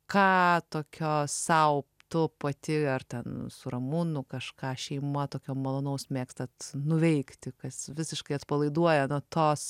ką tokio sau tu pati ar ten su ramūnu kažką šeima tokio malonaus mėgstat nuveikti kas visiškai atpalaiduoja nuo tos